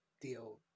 deal